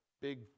big